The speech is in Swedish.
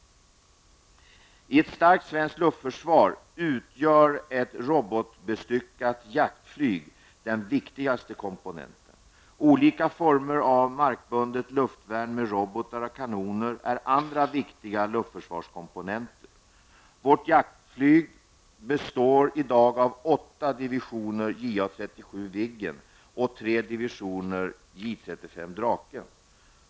I ett starkt svenskt luftförsvar utgör ett robotbestyckat jaktflyg den viktigaste komponenten. Olika former av markbundet luftvärn med robotar och kanoner är andra viktiga luftförsvarskomponenter. Vårt jaktflyg består i dag av åtta divisioner JA 37 Viggen och tre divisioner J 35 Draken.